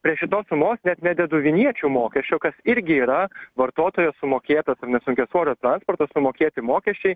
prie šitos sumos net nededu vinjiečių mokesčio kas irgi yra vartotojo sumokėtas ar ne sunkiasvorio transporto sumokėti mokesčiai